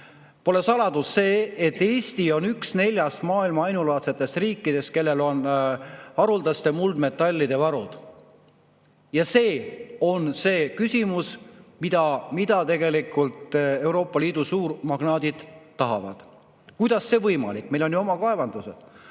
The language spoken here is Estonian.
Pole saladus, et Eesti on üks neljast maailmas ainulaadsest riigist, kellel on haruldaste muldmetallide varud. Ja see on see, mida tegelikult Euroopa Liidu suurmagnaadid tahavad. Kuidas see on võimalik, meil on ju oma kaevandused?